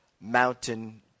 mountain